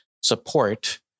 support